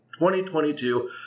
2022